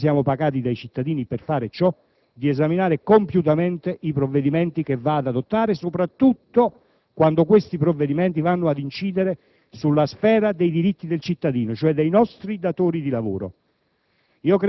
perché siamo pagati dai cittadini per fare ciò, di esaminare compiutamente i provvedimenti da adottare, soprattutto quando tali provvedimenti vanno a incidere sulla sfera dei diritti del cittadino, ossia dei nostri datori di lavoro.